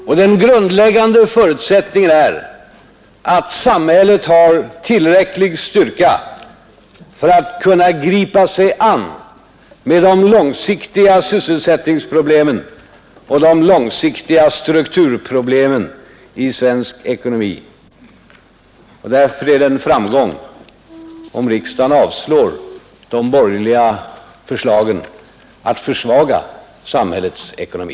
Och den grundläggande förutsättningen är att samhället har tillräcklig styrka för att kunna gripa sig an med de långsiktiga sysselsättningsproblemen och de långsiktiga strukturproblemen i svensk ekonomi. Därför är det en framgång om riksdagen avslår de borgerliga förslagen att försvaga samhällets ekonomi.